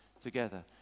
together